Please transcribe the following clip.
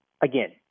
again